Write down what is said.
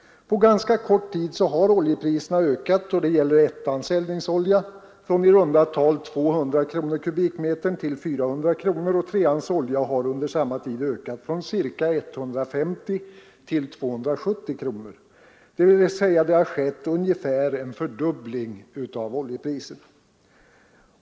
På ganska kort tid har oljepriserna ökat då det gäller ettans eldningsolja från i runda tal 200 kronor per kubikmeter till 400 kronor, och treans olja har under samma tid ökat från ca 150 kronor till 270 kronor. Det har alltså skett ungefär en fördubbling av priserna.